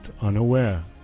unaware